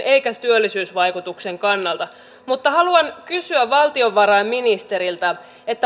eikä työllisyysvaikutuksen kannalta mutta haluan kysyä valtiovarainministeriltä